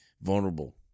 vulnerable